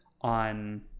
on